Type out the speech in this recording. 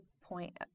point